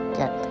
get